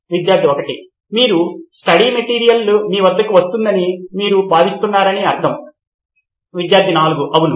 student 1 మీరు study material మీ వద్దకు వస్తున్నదని మీరు భావిస్తున్నారని అర్థం విద్యార్థి 4 అవును